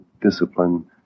discipline